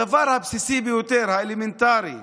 הדבר הבסיסי ביותר, האלמנטרי,